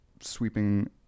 sweeping